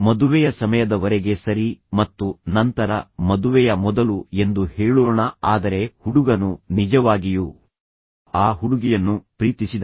ಮದುವೆಯ ಸಮಯದವರೆಗೆ ಸರಿ ಮತ್ತು ನಂತರ ಮದುವೆಯ ಮೊದಲು ಎಂದು ಹೇಳೋಣ ಆದರೆ ಹುಡುಗನು ನಿಜವಾಗಿಯೂ ಆ ಹುಡುಗಿಯನ್ನು ಪ್ರೀತಿಸಿದ